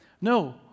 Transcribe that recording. No